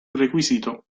requisito